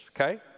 okay